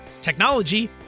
technology